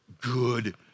good